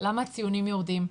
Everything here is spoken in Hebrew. למה הציונים יורדים?